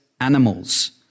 animals